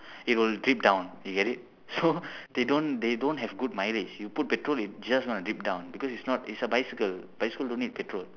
it will drip down you get it so they don't they don't have good mileage you put petrol it just going to drip down because it's not it's a bicycle bicycle don't need petrol